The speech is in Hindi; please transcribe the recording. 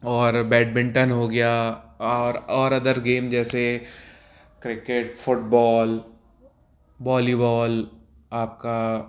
और बैडमिंटन हो गया और और अदर गेम जैसे क्रिकेट फ़ुटबॉल वॉलीबॉल आपका